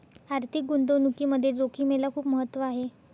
आर्थिक गुंतवणुकीमध्ये जोखिमेला खूप महत्त्व आहे